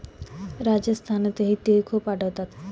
राजस्थानातही तिळ खूप आढळतात